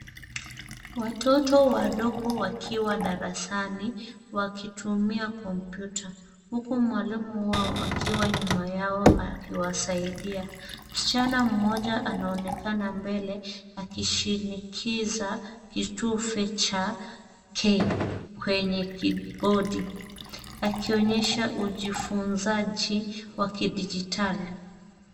Watoto wadogo wakiwa darasani wakitumia kompyuta huku mwalimu wao akiwa nyuma yao akiwasaidia. Msichana mmoja anaonekana mbele akishinikiza kitufe cha K kwenye kibodi akionyesha ujifunzaji wa kidigitali.